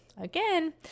again